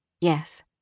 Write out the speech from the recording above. Yes